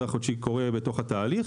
מוודאים שגם ההחזר החודשי קורה בתוך התהליך.